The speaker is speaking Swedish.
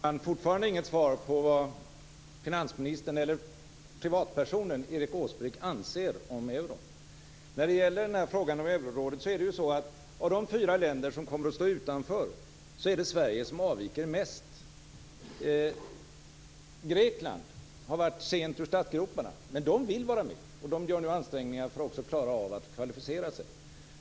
Herr talman! Jag har fortfarande inte fått något svar på frågan vad privatpersonen Erik Åsbrink anser om euron. När det gäller frågan om eurorådet är det så att av de fyra länder som kommer att stå utanför är det Sverige som avviker mest. Grekland har varit sent ur startgroparna men vill vara med och gör nu ansträngningar för att klara av att kvalificera sig.